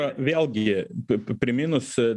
vėlgi priminus